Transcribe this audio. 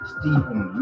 Stephen